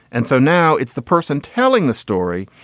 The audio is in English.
and so now it's the person telling the story.